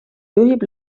juhib